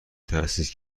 تأسیس